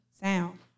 sound